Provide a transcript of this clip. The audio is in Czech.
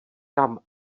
kam